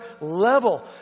level